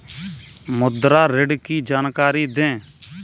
मुद्रा ऋण की जानकारी दें?